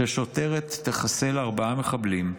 ששוטרת תחסל ארבעה מחבלים,